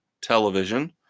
television